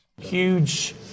Huge